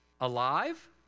alive